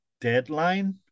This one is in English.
deadline